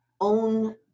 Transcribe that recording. own